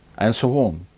and so on.